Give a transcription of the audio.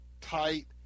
tight